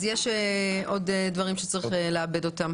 יש דברים נוספים שצריך לעבד אותם.